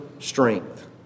strength